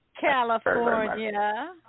California